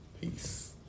Peace